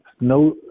no